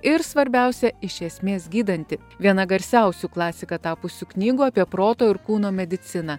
ir svarbiausia iš esmės gydanti viena garsiausių klasika tapusių knygų apie proto ir kūno mediciną